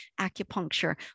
acupuncture